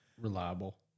reliable